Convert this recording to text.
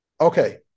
okay